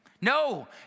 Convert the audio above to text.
No